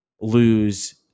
lose